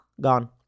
gone